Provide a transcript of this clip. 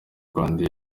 rwanda